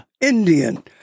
Indian